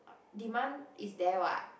demand is there what